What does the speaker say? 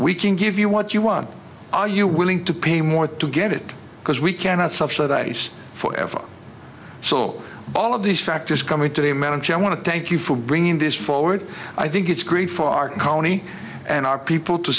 we can give you what you want are you willing to pay more to get it because we cannot subsidize for ever so all of these factors come into the manager i want to thank you for bringing this forward i think it's great for our county and our people to